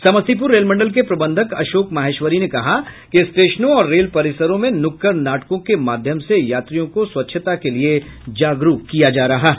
Samastipur rail मंडल के प्रबंधक अशोक माहेश्वरी ने कहा कि स्टेशनों और रेल परिसरों में नुक्कड़ नाटकों के माध्यम से यात्रियों को स्वच्छता के लिए जागरूक किया जा रहा है